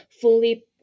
fully